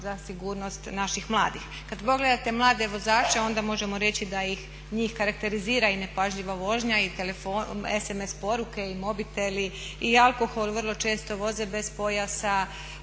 za sigurnost naših mladih. Kada pogledate mlade vozače onda možemo da reći da njih karakterizira i nepažljiva vožnja i telefoni, SMS poruke i mobiteli i alkohol, vrlo često voze bez pojasa,